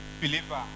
Believer